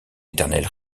éternel